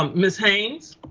um ms. haynes.